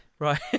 Right